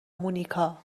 مونیکا